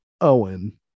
Owen